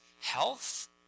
health